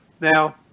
Now